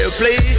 play